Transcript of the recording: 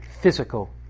physical